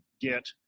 get